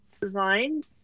designs